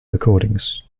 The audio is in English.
recordings